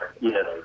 yes